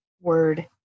word